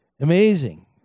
Amazing